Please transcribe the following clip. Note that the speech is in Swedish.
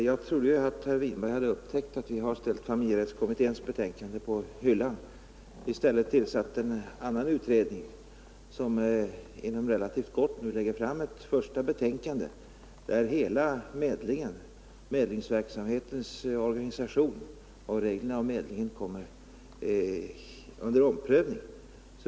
Jag trodde ju att herr Winberg hade upptäckt att vi lagt familjerättskommitténs betänkande på hyllan och i stället tillsatt en annan utredning, som inom relativt kort tid lägger fram ett första betänkande, där hela medlingen, medlingsverksamhetens organisation och reglerna för medlingen kommer under omprövning.